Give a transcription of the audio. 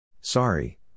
Sorry